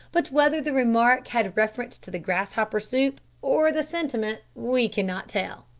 but whether the remark had reference to the grasshopper soup or the sentiment, we cannot tell.